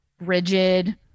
rigid